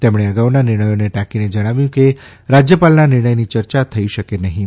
તેમણે અગાઉના નિર્ણયોને ટાંકીને જણાવ્યું કે રાજ્યપાલના નિર્ણયની ચર્ચા થઇ શકે નહીં